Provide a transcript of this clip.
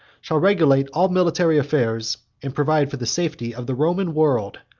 shall regulate all military affairs, and provide for the safety of the roman world,